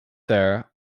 there